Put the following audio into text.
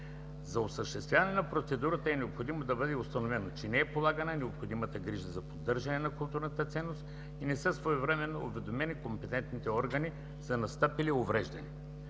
За осъществяване на процедурата е необходимо да бъде установено, че не е полагана необходимата грижа за поддържане на културната ценност и не са своевременно уведомени компетентните органи за настъпили увреждания.